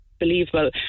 believable